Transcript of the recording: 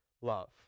love